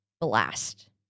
blast